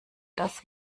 das